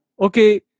okay